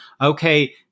okay